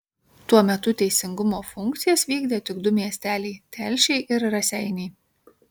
tuo metu teisingumo funkcijas vykdė tik du miesteliai telšiai ir raseiniai